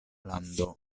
lando